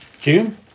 June